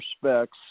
specs